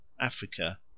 africa